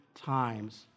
times